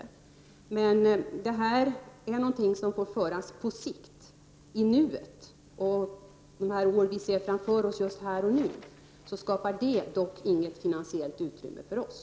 Men detta är ett resonemang som får föras på sikt. I nuet och åren framöver skapar detta inte något finansiellt utrymme för oss.